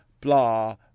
blah